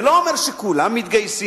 זה לא אומר שכולם מתגייסים,